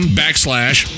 backslash